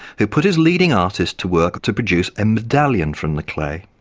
who put his leading artist to work to produce a medallion from the clay.